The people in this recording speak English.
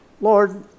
Lord